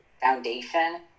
foundation